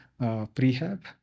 prehab